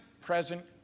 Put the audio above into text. present